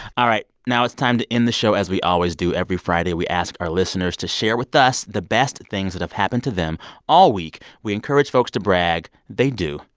all right, now it's time to end the show as we always do. every friday, we ask our listeners to share with us the best things that have happened to them all week. we encourage folks to brag. they do.